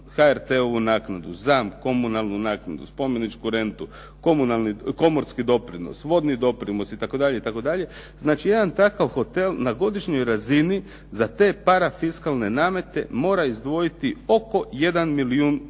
se ne razumije./… komunalnu naknadu, spomeničku rentu, komorski doprinos, vodni doprinos itd., znači jedan takav hotel na godišnjoj razini za te parafiskalne namete mora izdvojiti oko 1 milijun kuna.